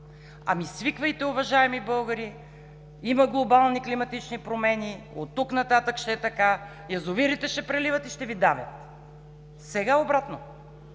Ами, свиквайте, уважаеми българи, има глобални климатични промени, оттук нататък ще е така, язовирите ще преливат и ще Ви давят. Сега обратно